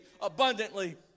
abundantly